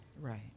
right